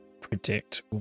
predict